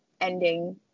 ending